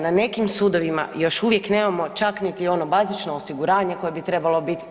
Na nekim sudovima još uvijek nemamo čak ni ono bazično osiguranje koje bi trebalo biti.